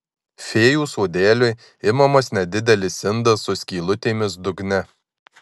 fėjų sodeliui imamas nedidelis indas su skylutėmis dugne